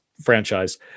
franchise